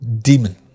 demon